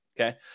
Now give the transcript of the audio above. Okay